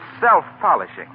self-polishing